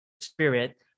spirit